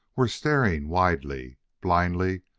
were staring widely, blindly,